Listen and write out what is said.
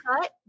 cut